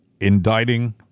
indicting